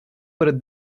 перед